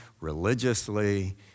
religiously